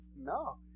No